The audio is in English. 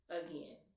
again